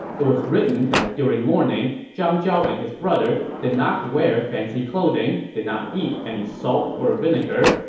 it was written that during mourning, zhang zhao and his brother did not wear fancy clothing, did not eat any salt or vinegar,